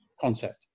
concept